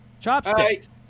Chopsticks